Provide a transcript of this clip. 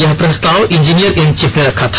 यह प्रस्ताव engineer in chief ने रखा था